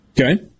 Okay